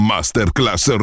Masterclass